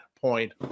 point